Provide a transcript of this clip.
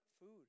food